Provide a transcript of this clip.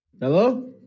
Hello